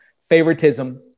favoritism